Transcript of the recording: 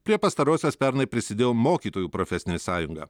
prie pastarosios pernai prisidėjo mokytojų profesinė sąjunga